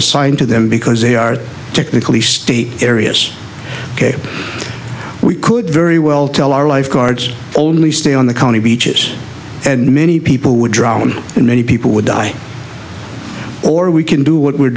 assigned to them because they are technically state areas ok we could very well tell our lifeguards only stay on the county beaches and many people would drown and many people would die or we can do what we're